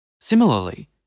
Similarly